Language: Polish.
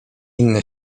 inne